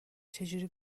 چجوری